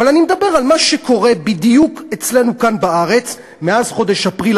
אבל אני מדבר על מה שקורה בדיוק אצלנו כאן בארץ מאז חודש אפריל,